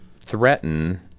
threaten